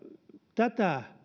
tätä